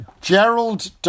Gerald